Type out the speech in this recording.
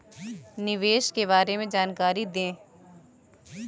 निवेश के बारे में जानकारी दें?